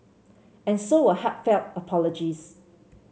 and so were heartfelt apologies